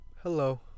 Hello